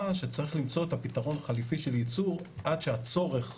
שצריך למצוא פתרון חליפי של ייצור עד שהצורך